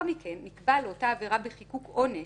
מכן נקבע לאותה עבירה בחיקוק עונש,